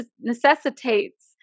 necessitates